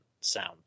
sound